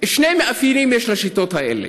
שני מאפיינים יש לשיטות האלה: